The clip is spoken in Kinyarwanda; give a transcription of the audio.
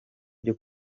byo